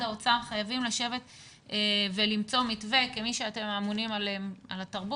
האוצר חייבים לשבת ולמצוא מתווה כמי שאתם אמונים על התרבות,